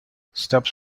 stubbs